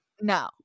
No